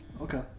Okay